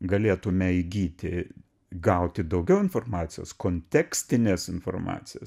galėtume įgyti gauti daugiau informacijos kontekstinės informacijos